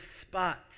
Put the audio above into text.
spot